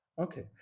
Okay